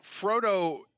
Frodo